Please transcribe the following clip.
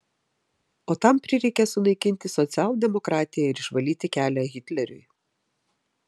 o tam prireikė sunaikinti socialdemokratiją ir išvalyti kelią hitleriui